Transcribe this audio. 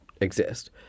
exist